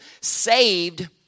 Saved